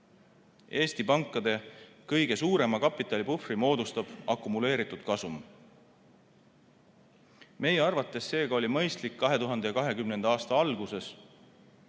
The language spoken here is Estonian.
Eesti pankade kõige suurema kapitalipuhvri moodustab akumuleeritud kasum. Meie arvates oli seega mõistlik 2020. aasta alguses